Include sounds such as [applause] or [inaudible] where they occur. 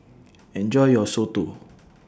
Enjoy your Soto [noise]